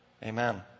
Amen